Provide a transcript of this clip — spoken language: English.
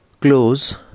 close